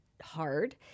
hard